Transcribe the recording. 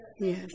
Yes